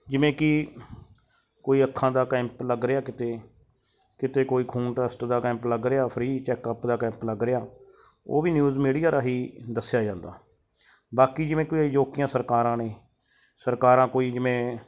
ਜਿਵੇਂ ਕਿ ਕੋਈ ਅੱਖਾਂ ਦਾ ਕੈਂਪ ਲੱਗ ਰਿਹਾ ਕਿਤੇ ਕਿਤੇ ਕੋਈ ਖੂਨ ਟੈਸਟ ਦਾ ਕੈਂਪ ਲੱਗ ਰਿਹਾ ਫਰੀ ਚੈੱਕ ਅਪ ਦਾ ਕੈਂਪ ਲੱਗ ਰਿਹਾ ਉਹ ਵੀ ਨਿਊਜ਼ ਮੀਡੀਆ ਰਾਹੀ ਦੱਸਿਆ ਜਾਂਦਾ ਬਾਕੀ ਜਿਵੇਂ ਕੋਈ ਅਜੋਕੀਆਂ ਸਰਕਾਰਾਂ ਨੇ ਸਰਕਾਰਾਂ ਕੋਈ ਜਿਵੇਂ